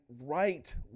right